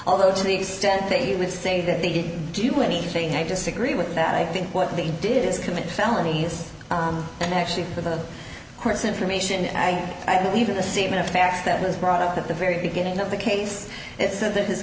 although to the extent that you would say that they didn't do anything i disagree with that i think what they did is commit felonies and actually for the course information and i believe in the semen of facts that was brought up at the very beginning of the case it said that his